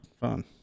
fun